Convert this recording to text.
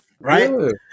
Right